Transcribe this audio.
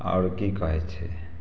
आओर कि कहै छी